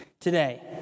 today